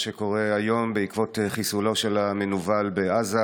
שקורה היום בעקבות חיסולו של המנוול בעזה.